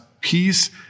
peace